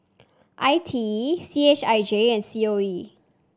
I T E C H I J and C O E